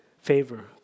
favor